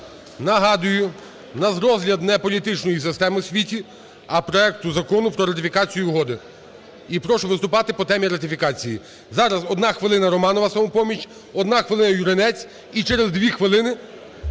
Нагадую, у нас розгляд неполітичної системи в світі, а проекту Закону про ратифікацію угоди. І прошу виступати по темі ратифікації. Зараз одна хвилина – Романова, "Самопоміч". Одна хвилина – Юринець. І через 2 хвилини…